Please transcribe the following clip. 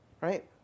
right